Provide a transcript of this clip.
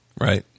Right